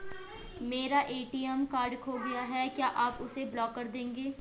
मेरा ATM card खो गया है क्या आप उसे ब्लॉक कर देंगे?